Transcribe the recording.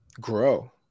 grow